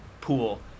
pool